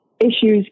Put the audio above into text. issues